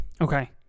okay